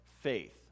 faith